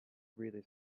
breathed